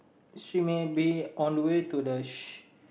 she may be on the way to the sh~